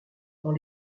dans